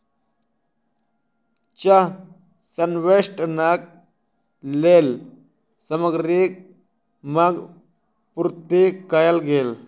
चाह संवेष्टनक लेल सामग्रीक मांग पूर्ति कयल गेल